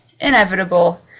inevitable